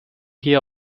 hier